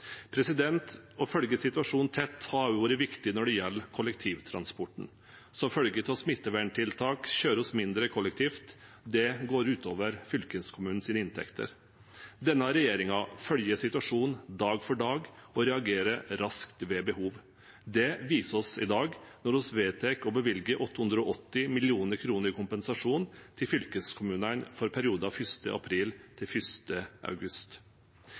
Å følge situasjonen tett har også vært viktig når det gjelder kollektivtransporten. Som følge av smitteverntiltak kjører vi mindre kollektivt. Det går ut over fylkeskommunens inntekter. Denne regjeringen følger situasjonen dag for dag og reagerer raskt ved behov. Det viser vi i dag når vi vedtar å bevilge 880 mill. kr i kompensasjon til fylkeskommunene for perioden 1. april til 1. august.